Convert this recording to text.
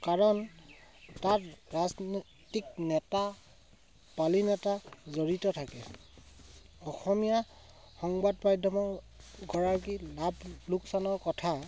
কাৰণ তাত ৰাজনৈতিক নেতা পালিনেতা জড়িত থাকে অসমীয়া সংবাদ মাধ্যমৰ গৰাকীৰ লাভ লোকচানৰ কথা